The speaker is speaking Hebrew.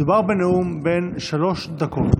מדובר בנאום בן שלוש דקות.